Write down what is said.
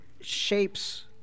shapes